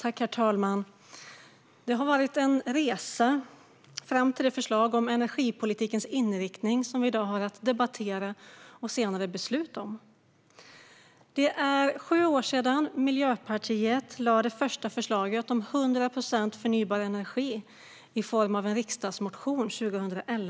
Herr talman! Det har varit en resa fram till det förslag om energipolitikens inriktning vi nu debatterar och senare har att besluta om. För sju år sedan, 2011, lade Miljöpartiet fram det första förslaget om 100 procent förnybar energi i form av en riksdagsmotion.